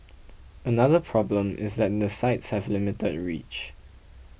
another problem is that the sites have limited reach